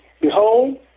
Behold